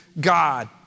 God